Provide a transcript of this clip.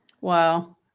Wow